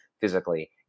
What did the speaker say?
physically